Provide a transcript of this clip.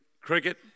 cricket